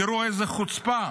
תראו איזו חוצפה.